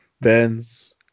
Benz